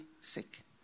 sick